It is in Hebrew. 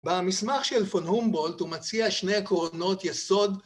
במסמך של פונהומבולד הוא מציע שני עקרונות יסוד